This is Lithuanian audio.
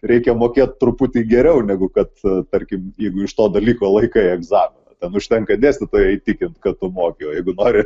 reikia mokėt truputį geriau negu kad tarkim jeigu iš to dalyko laikai egzaminą ten užtenka dėstytoją įtikint kad tu moki o jeigu nori